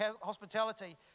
hospitality